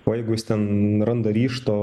o jeigu jis ten randa ryžto